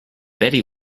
betty